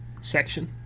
section